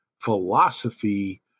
philosophy